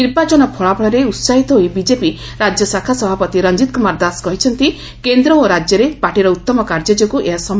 ନିର୍ବାଚନ ଫଳାଫଳରେ ଉତ୍ସାହିତ ହୋଇ ବିଜେପି ରାଜ୍ୟଶାଖା ସଭାପତି ରଂଜିତ କୁମାର ଦାଶ କହିଛନ୍ତି କେନ୍ଦ୍ର ଓ ରାଜ୍ୟରେ ପାର୍ଟିର ଉତ୍ତମ କାର୍ଯ୍ୟ ପୋର୍ବ ଏହା ପର୍ବକ ହୋଇପି